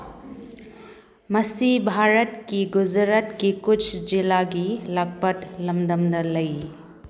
ꯃꯁꯤ ꯚꯥꯔꯠꯀꯤ ꯒꯨꯖꯔꯥꯠꯀꯤ ꯀꯨꯠꯁ ꯖꯤꯂꯥꯒꯤ ꯂꯥꯛꯄꯠ ꯂꯝꯗꯝꯗ ꯂꯩ